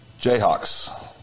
Jayhawks